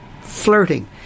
Flirting